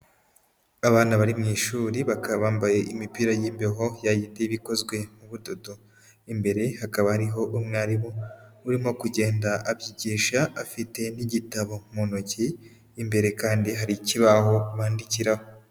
Abana bari mu ishuri bakaba bambaye imipira y'imbeho, ya yindi iba ikozwe mu budodo, imbere hakaba hari umwarimu urimo kugenda abyigisha, afite n'igitabo mu ntoki, imbere kandi hari ikibaho bandikiraho.